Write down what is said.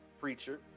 preacher